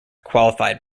qualified